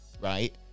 right